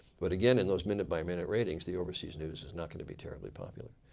but again in those minute by minute ratings the overseas news is not going to be terribly popular.